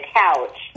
couch